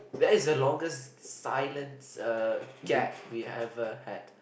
that is the longest silence uh gap we ever had